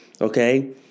Okay